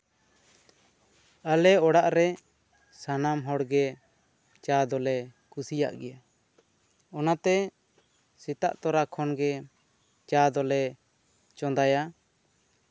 ᱟᱞᱮ ᱚᱲᱟᱜ ᱨᱮ ᱥᱟᱱᱟᱢ ᱦᱚᱲ ᱜᱮ ᱪᱟ ᱫᱚᱞᱮ ᱠᱩᱥᱤᱭᱟᱜ ᱜᱮᱭᱟ ᱚᱱᱟᱛᱮ ᱥᱮᱛᱟᱜ ᱛᱚᱨᱟ ᱠᱷᱚᱱ ᱜᱮ ᱪᱟ ᱫᱚᱞᱮ ᱪᱚᱸᱫᱟᱭᱟ